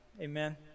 Amen